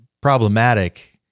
problematic